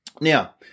Now